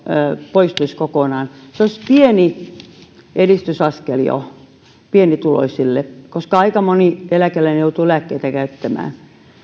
poistuisi kokonaan se olisi jo pieni edistysaskel pienituloisille koska aika moni eläkeläinen joutuu lääkkeitä käyttämään